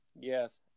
Yes